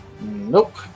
Nope